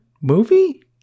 movie